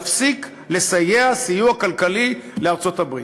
נפסיק לסייע סיוע כלכלי לארצות-הברית.